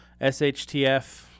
SHTF